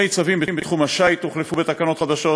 שני צווים בתחום השיט הוחלפו בתקנות חדשות,